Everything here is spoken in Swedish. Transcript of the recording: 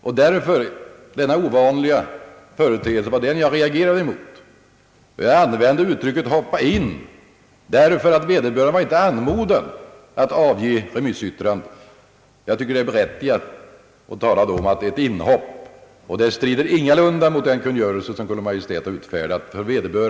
Det var denna ovanliga företeelse jag reagerade mot. Jag använde uttrycket »hoppa in» därför att vederbörande inte var anmodad att avge remissyttrande. Jag tycker att det då är berättigat att tala om inhopp, och det strider